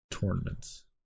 tournaments